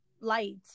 light